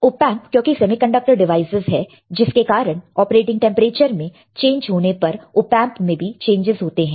op amp क्योंकि semiconductor devices है जिसके कारण ऑपरेटिंग टेंपरेचर में चेंज होने पर ऑपएंप में भी चेंजस होते हैं